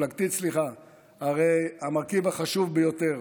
הרי המרכיב החשוב ביותר